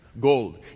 gold